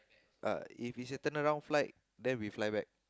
uh if it is a turn around flight then we fly back